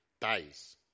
Dies